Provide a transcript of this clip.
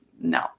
no